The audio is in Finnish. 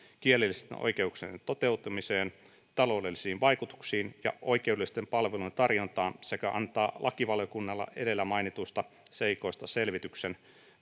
kielellisten oikeuksien toteutumiseen taloudellisiin vaikutuksiin ja oikeudellisten palveluiden tarjontaan sekä antaa lakivaliokunnalle edellä mainituista seikoista selvityksen